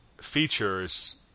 features